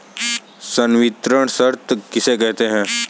संवितरण शर्त किसे कहते हैं?